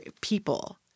people